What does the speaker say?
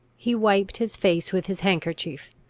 he wiped his face with his handkerchief.